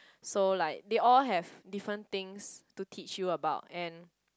so like they all have different things to teach you about and